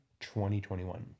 2021